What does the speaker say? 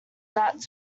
that